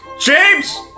James